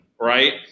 right